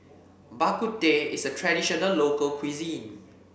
Bak Kut Teh is a traditional local cuisine